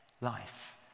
life